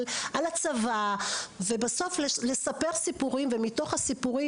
על הצבא ובסוף לספר סיפורים ומתוך הסיפורים